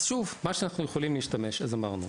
אז שוב, מה שאנחנו יכולים להשתמש אז אמרנו,